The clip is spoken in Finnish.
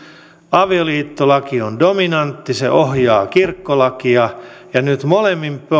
avioliittolaki on dominantti se ohjaa kirkkolakia ja nyt molemmin